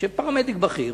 שפרמדיק בכיר